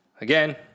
Again